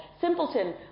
simpleton